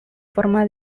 forma